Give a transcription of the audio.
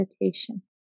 meditation